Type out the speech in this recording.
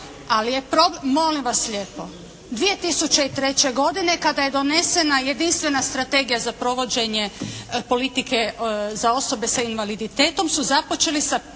prošla Vlada. Molim vas lijepo! 2003. godine kada je donesena jedinstvena strategija za provođenje politike za osobe sa invaliditetom su započeli sa